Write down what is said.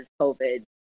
COVID